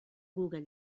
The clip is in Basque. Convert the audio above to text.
google